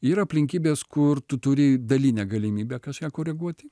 yra aplinkybės kur tu turi dalinę galimybę kažką koreguoti